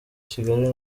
kigali